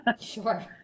Sure